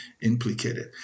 implicated